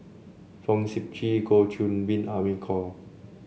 Fong Sip Chee Goh Qiu Bin Amy Khor